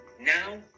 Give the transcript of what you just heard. Now